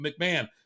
McMahon